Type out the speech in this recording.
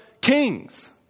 kings